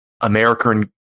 American